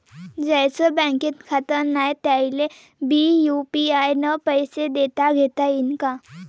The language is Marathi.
ज्याईचं बँकेत खातं नाय त्याईले बी यू.पी.आय न पैसे देताघेता येईन काय?